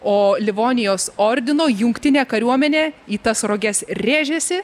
o livonijos ordino jungtinė kariuomenė į tas roges rėžėsi